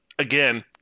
Again